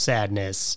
Sadness